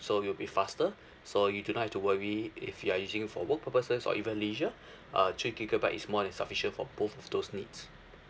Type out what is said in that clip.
so it'll be faster so you do not have to worry if you are using for work purposes or even leisure uh two gigabyte is more than sufficient for both of those needs